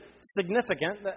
significant